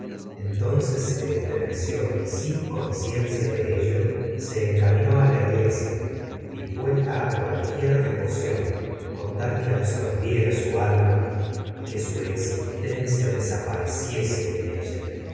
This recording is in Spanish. entonces se estremeció y sin conciencia de ello se encaminó la iglesia dispuesta cualquier devoción con tal que absorbiera su alma y que su existencia desapareciese en ella